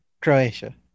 Croatia